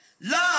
Love